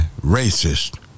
racist